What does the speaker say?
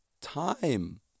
Time